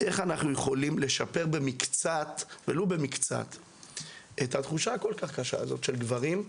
איך אנחנו יכולים לשפר במקצת את התחושה הכל כך קשה הזאת של גברים.